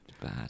Bad